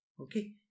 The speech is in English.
Okay